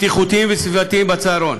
בטיחותיים וסביבתיים בצהרון,